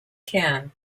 can